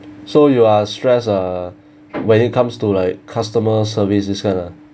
so you are stress uh when it comes to like customer service this kind ah